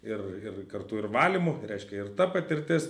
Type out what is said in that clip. ir ir kartu ir valymu reiškia ir ta patirtis